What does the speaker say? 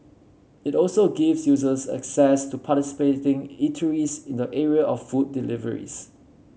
it also gives users access to participating eateries in the area of food deliveries